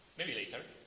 maybe later.